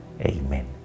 Amen